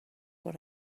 what